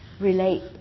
relate